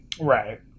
right